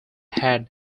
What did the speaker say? had